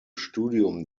studium